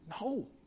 No